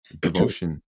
devotion